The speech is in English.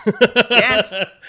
Yes